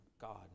God